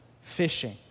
fishing